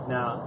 Now